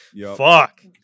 fuck